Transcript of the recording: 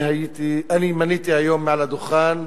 מניתי היום מעל הדוכן